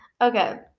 Okay